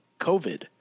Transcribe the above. COVID